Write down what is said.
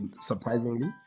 surprisingly